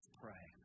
pray